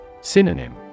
Synonym